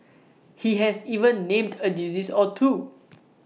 he has even named A disease or two